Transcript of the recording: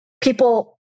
people